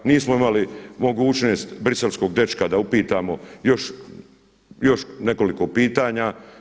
Nismo imali mogućnost briselskog dečka da upitamo još nekoliko pitanja.